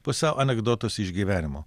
pusiau anekdotus iš gyvenimo